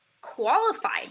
qualified